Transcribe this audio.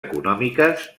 econòmiques